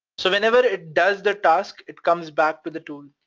so whenever it does the task, it comes back to the tool,